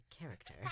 character